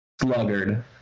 sluggard